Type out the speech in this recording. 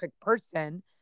person